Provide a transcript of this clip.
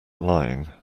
lying